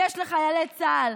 יש לחיילי צה"ל.